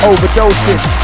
Overdosing